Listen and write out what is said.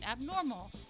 abnormal